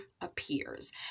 appears